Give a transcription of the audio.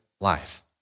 life